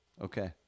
Okay